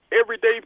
Everyday